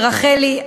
לרחלי,